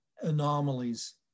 anomalies